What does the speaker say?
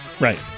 Right